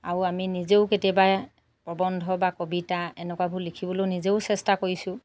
আৰু আমি নিজেও কেতিয়াবা প্ৰৱন্ধ বা কবিতা এনেকুৱাবোৰ লিখিবলৈ নিজেও চেষ্টা কৰিছোঁ